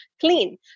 clean